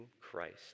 Christ